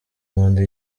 nkunda